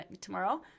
tomorrow